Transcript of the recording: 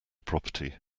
property